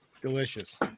delicious